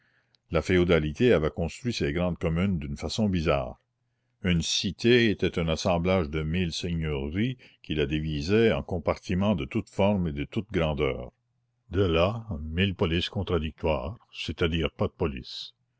la féodalité avait construit ces grandes communes d'une façon bizarre une cité était un assemblage de mille seigneuries qui la divisaient en compartiments de toutes formes et de toutes grandeurs de là mille polices contradictoires c'est-à-dire pas de police